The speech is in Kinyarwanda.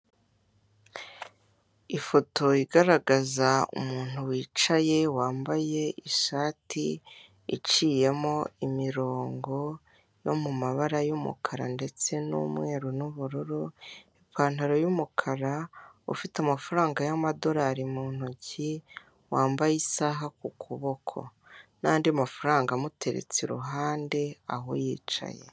Ifoto igaragaza umuntu wicaye wambaye ishati iciyemo imirongo yo mu mabara y'umukara ndetse n'umweru n'ubururu, ipantaro y'umukara ufite amafaranga y'amadorari mu ntoki wambaye isaha ku kuboko, n'andi mafaranga amuteretse iruhande aho yicaye.